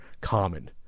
common